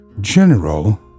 General